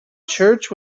church